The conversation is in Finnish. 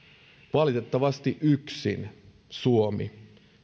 valitettavasti yksin suomi